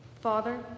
father